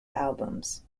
albums